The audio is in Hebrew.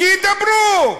שידברו,